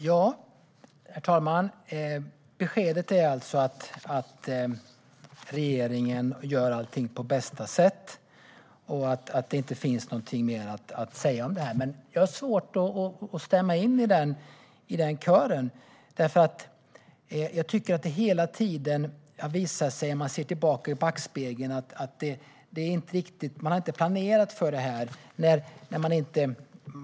Herr talman! Beskedet är alltså att regeringen gör allting på bästa sätt och att det inte finns någonting mer att säga om detta. Jag har svårt att stämma in i den kören. Om vi ser tillbaka i backspegeln har det hela tiden visat sig att man inte har planerat för detta.